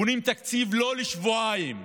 בונים תקציב לא לשבועיים,